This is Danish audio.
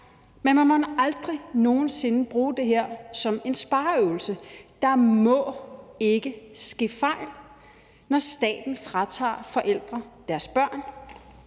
men man må aldrig nogen sinde bruge det her som en spareøvelse. Der må ikke ske fejl, når staten fratager forældre deres børn,